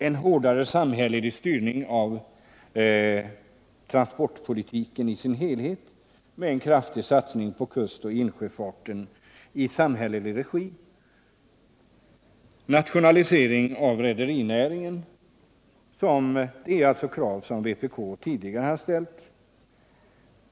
En hårdare samhällelig styrning av transportpolitiken i dess helhet, med en kraftig satsning på kustoch insjöfarten i samhällelig regi, liksom en nationalisering av rederinäringen är krav som vpk tidigare har ställt.